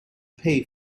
pay